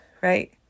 right